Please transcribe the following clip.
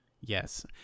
Yes